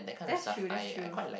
that's true that's true